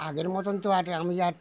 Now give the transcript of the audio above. আগের মতোন তো আমি আর